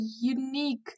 unique